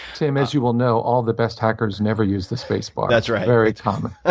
tim, as you well know, all the best hackers never use the spacebar. that's right. very common. ah